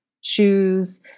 shoes